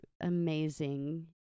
amazing